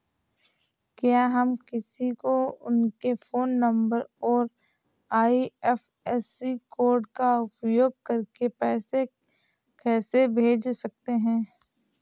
क्या हम किसी को उनके फोन नंबर और आई.एफ.एस.सी कोड का उपयोग करके पैसे कैसे भेज सकते हैं?